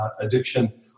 addiction